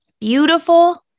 beautiful